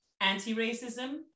anti-racism